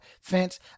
fence